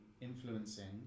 influencing